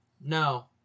no